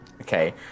Okay